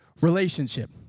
relationship